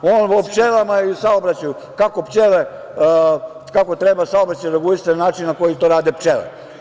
On o pčelama i saobraćaju, kako treba saobraćaj regulisati na način na koji to rade pčele.